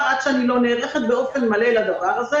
עד שאני לא נערכת באופן מלא לדבר הזה.